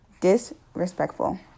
Disrespectful